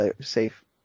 safe